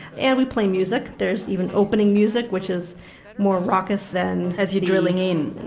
and we play music, there's even opening music which is more ruckus and. as you're drilling in?